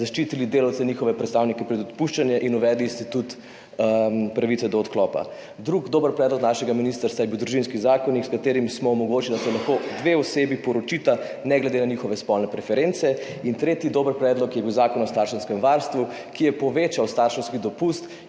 zaščitili delavce in njihove predstavnike pred odpuščanjem in uvedli institut pravice do odklopa. Drugi dober predlog našega ministrstva je bil Družinski zakonik, s katerim smo omogočili, da se lahko dve osebi poročita ne glede na njune spolne preference. In tretji dober predlog je bil zakon o starševskem varstvu, ki je povečal starševski dopust